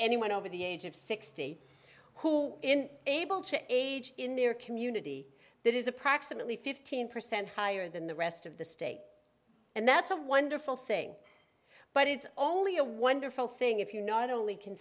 anyone over the age of sixty who in able to age in their community that is approximately fifteen percent higher than the rest of the state and that's a wonderful thing but it's only a wonderful thing if you not only can